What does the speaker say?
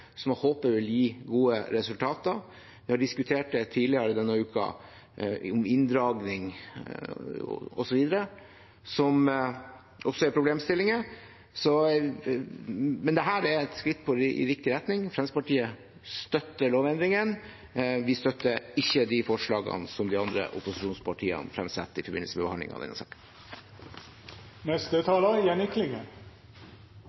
som jeg håper vil gi gode resultater. Vi har tidligere denne uken diskutert inndragning osv., som også er problemstillinger. Men dette er et skritt i riktig retning. Fremskrittspartiet støtter lovendringen. Vi støtter ikke de forslagene de andre opposisjonspartiene fremsetter i forbindelse med behandlingen av denne saken.